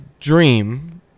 dream